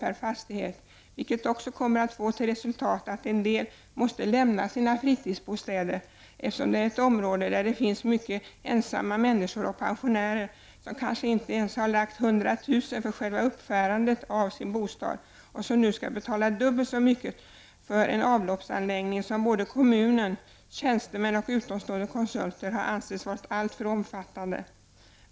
per fastighet, vilket också får till resultat att vissa måste lämna sina fritidsbostäder, eftersom det är ett område där det finns många ensamma människor och pensionärer. De har kanske inte ens lagt ned 100 000 kr. för själva uppförandet av bostaden, men skall nu betala dubbelt så mycket för att få en avloppsanläggning som både kommun, tjänstemän och utomstående konsulter anser vara alltför omfattande.